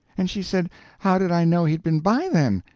and she said how did i know he'd been by, then,